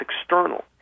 external